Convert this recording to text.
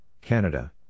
Canada